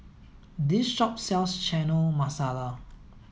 this shop sells Chana Masala